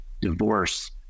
divorce